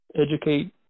educate